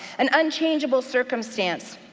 an unchangeable circumstance.